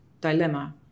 dilemma